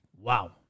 Wow